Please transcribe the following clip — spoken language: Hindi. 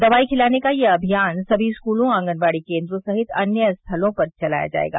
दवाई खिलाने का यह अभियान सभी स्कूलों आंगनबाड़ी केन्द्रों सहित अन्य स्थलों पर चलाया जायेगा